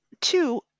two